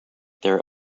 their